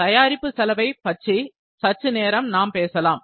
தயாரிப்பு செலவை பற்றி சற்று நேரம் நாம் பேசலாம்